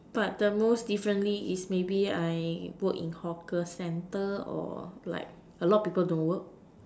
but the most differently is maybe I work in hawker centre or like a lot of people don't work